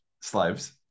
slaves